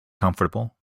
comfortable